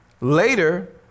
Later